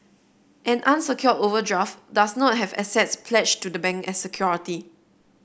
an unsecured overdraft does not have assets pledged to the bank as security